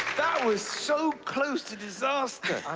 that was so close to disaster.